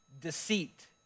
deceit